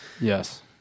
Yes